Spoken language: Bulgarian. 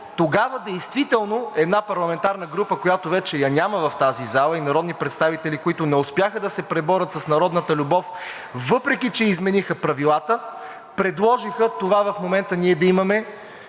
тогава действително една парламентарна група, която вече я няма в тази зала, и народни представители, които не успяха да се преборят с народната любов, въпреки че измениха правилата, предложиха това – в момента ние да имаме